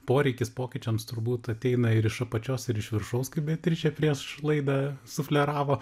poreikis pokyčiams turbūt ateina ir iš apačios ir iš viršaus kaip beatričė prieš laidą sufleravo